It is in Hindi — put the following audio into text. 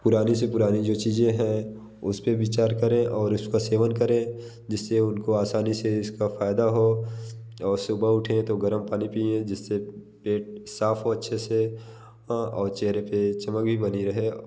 पुरानी से पुरानी जो चीज़ें हैं उस पर विचार करें उसका सेवन करें जिससे उनको आसानी से इसका फ़ायदा हो और सुबह उठें तो गर्म पानी पिएं जिससे पेट साफ़ हो अच्छे से और चहरे पर चमक भी बनी रहे